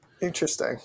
Interesting